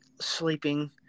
sleeping